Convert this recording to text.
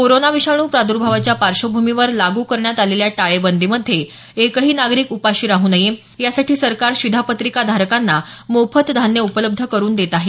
corona विषाणू प्रादुर्भावाच्या पार्श्वभूमीवर लागू करण्यात आलेल्या टाळेबंदीमध्ये एकही नागरिक उपाशी राहू नये यासाठी सरकार शिधापत्रिका धारकांना मोफत धान्य उपलब्ध करुन देत आहे